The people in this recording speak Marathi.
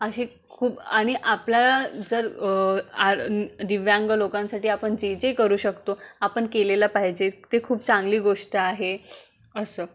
अशी खूप आणि आपल्याला जर आ दिव्यांग लोकांसाठी आपण जे जे करू शकतो आपण केले पाहिजे ते खूप चांगली गोष्ट आहे असं